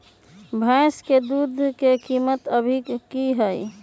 भैंस के दूध के कीमत अभी की हई?